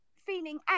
feeling